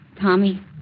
Tommy